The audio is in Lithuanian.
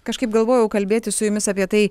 kažkaip galvojau kalbėtis su jumis apie tai